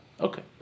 Okay